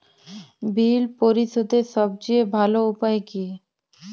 বিল পরিশোধের সবচেয়ে ভালো উপায় কী?